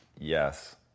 Yes